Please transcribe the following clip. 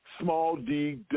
small-D